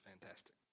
fantastic